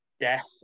Death